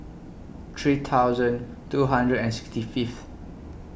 three thousand two hundred and sixty Fifth